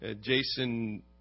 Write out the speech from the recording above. Jason